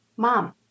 mom